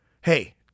Hey